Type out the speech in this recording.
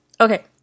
Okay